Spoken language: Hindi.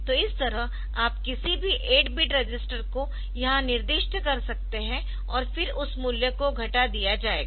तो इस तरह आप किसी भी 8 बिट रजिस्टर को यहाँ निर्दिष्ट कर सकते है और फिर उस मूल्य को घटा दिया जाएगा